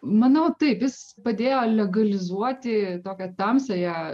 manau taip jis padėjo legalizuoti tokią tamsiąją